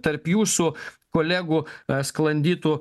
tarp jūsų kolegų sklandytų